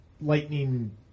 lightning